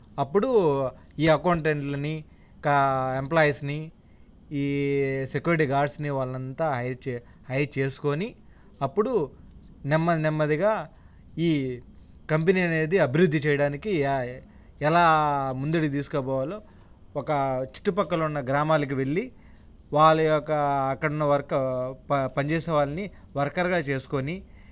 అప్పుడు ఈ అకౌంటెంట్లనీ కా ఎంప్లాయస్నీ ఈ సెక్యూరిటీ గాడ్స్నీ వాళ్ళనంతా హైర్ చే హైర్ చేసుకోని అప్పుడు నెమ్మది నెమ్మదిగా ఈ కంపెనీ అనేది అభివృద్ధి చేయడానికి ఎలా ముందుటికు తీసుకపోవాలో ఒక చుట్టుపక్కల ఉన్న గ్రామాలికి వెళ్ళి వాళ్ళ యొక్క అక్కడున్న వర్క్ ప పనిచేసే వాళ్ళని వర్కర్గా చేసుకొని